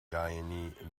guinea